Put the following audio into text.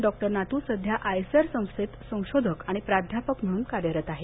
doctor Natu सध्या IISER संस्थेत संशोधक आणि प्राध्यापक म्हणून कार्यरत आहेत